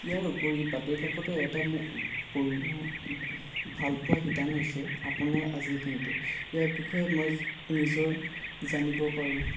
ইয়াৰ উপৰি বাতৰি কাকতৰ এটা মোৰ ভাল পোৱা শিতান হৈছে আপোনাৰ আজিৰ দিনটো ইয়াৰ বিষয়ে মই নিজৰ জানিব পাৰোঁ